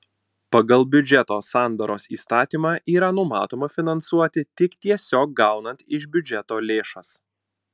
pagal biudžeto sandaros įstatymą yra numatoma finansuoti tik tiesiog gaunant iš biudžeto lėšas